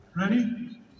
Ready